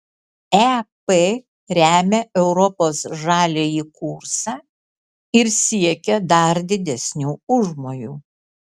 ep remia europos žaliąjį kursą ir siekia dar didesnių užmojų